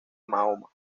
mahoma